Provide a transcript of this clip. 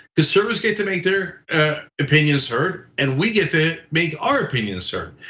the service get to make their opinions heard and we get to make our opinions heard.